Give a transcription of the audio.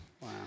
Wow